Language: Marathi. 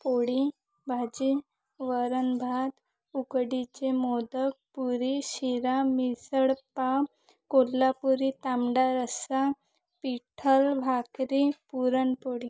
पोळी भाजी वरण भात उकडीचे मोदक पुरी शिरा मिसळ पाव कोल्हापुरी तांबडा रस्सा पिठलं भाकरी पुरणपोळी